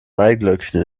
maiglöckchen